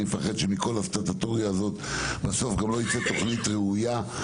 אני מפחד שמכל הסטטוטוריקה הזאת בסוף גם לא תצא תוכנית ראויה.